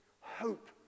hope